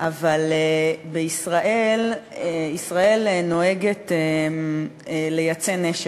אבל ישראל נוהגת לייצא נשק,